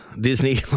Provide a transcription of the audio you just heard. Disney